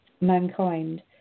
mankind